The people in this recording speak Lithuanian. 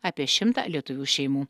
apie šimtą lietuvių šeimų